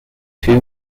two